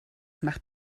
macht